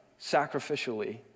sacrificially